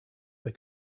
they